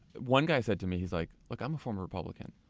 one guy said to me, he's like, look, i'm a former republican.